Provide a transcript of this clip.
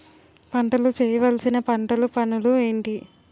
పంటలో చేయవలసిన పంటలు పనులు ఏంటి?